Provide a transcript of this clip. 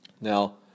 Now